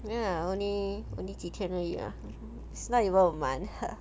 ya I only only 几天而已 ah it's not even a month